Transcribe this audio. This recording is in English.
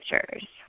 pictures